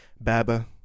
Baba